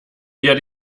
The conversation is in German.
wir